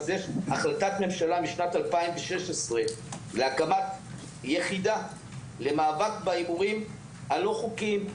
יש החלטת ממשלה משנת 2016 להקמת יחידה למאבק בהימורים הלא חוקיים.